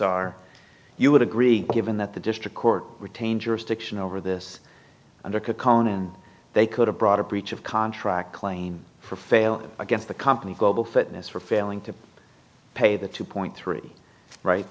are you would agree given that the district court retain jurisdiction over this under could come in and they could have brought a breach of contract claim for failing against the company global fitness for failing to pay the two point three right